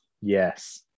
Yes